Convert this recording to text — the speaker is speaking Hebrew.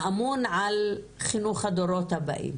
האמון על חינוך הדורות הבאים,